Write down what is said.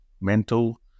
mental